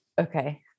okay